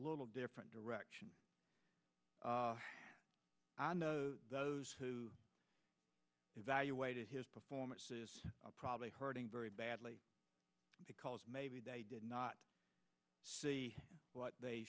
little different direction on those who evaluated his performance probably hurting very badly because maybe they did not see what they